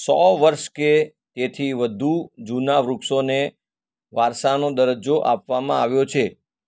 સો વર્ષ કે તેથી વધુ જૂનાં વૃક્ષોને વારસાનો દરજ્જો આપવામાં આવ્યો છે